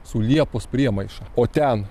su liepos priemaiša o ten